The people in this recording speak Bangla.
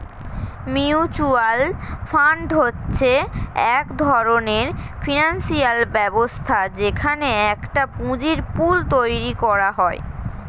মিউচুয়াল ফান্ড হচ্ছে এক ধরণের ফিনান্সিয়াল ব্যবস্থা যেখানে একটা পুঁজির পুল তৈরী করা হয়